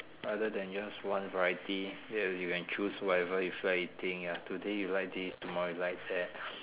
other than just one variety ya you can choose whatever you feel like eating ya today you like this tomorrow you like that